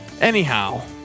Anyhow